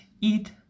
eat